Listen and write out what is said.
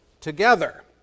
together